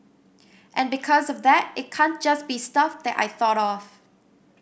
and because of that it can't just be stuff that I thought of